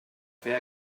fer